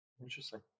Interesting